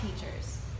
teachers